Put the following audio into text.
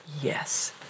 yes